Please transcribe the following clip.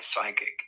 psychic